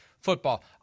football